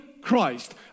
Christ